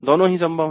दोनों ही संभव हैं